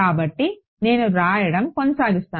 కాబట్టి నేను రాయడం కొనసాగిస్తాను